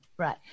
Right